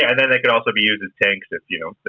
yeah then they could also be used as tanks if, you know,